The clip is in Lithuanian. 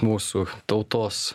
mūsų tautos